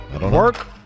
work